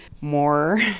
more